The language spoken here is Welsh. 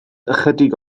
ychydig